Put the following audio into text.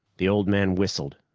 the old man whistled,